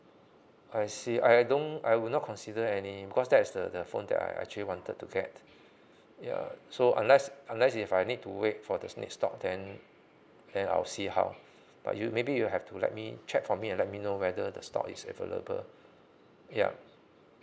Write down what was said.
I see I don't I would not consider any because that is the the phone that I actually wanted to get uh so unless unless if I need to wait for the next stock then then I'll see how but you maybe you have to let me check for me and let me know whether the stock is available yup